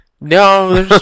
No